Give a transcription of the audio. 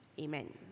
amen